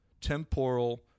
temporal